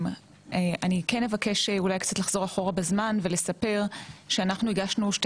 אני כן אבקש אולי קצת לחזור אחורה בזמן ולספר שאנחנו הגשנו שתי